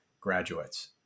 graduates